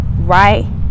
right